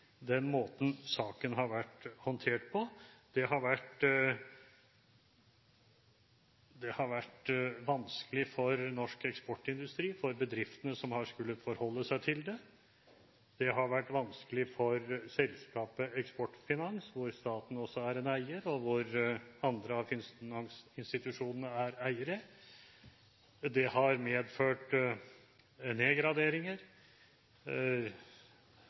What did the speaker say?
den måten saken har vært håndtert på. Det har vært vanskelig for norsk eksportindustri, for bedriftene som har skullet forholde seg til det, det har vært vanskelig for selskapet Eksportfinans, hvor staten er en eier, og også for andre finansinstitusjoner som er eiere. Det har medført nedgraderinger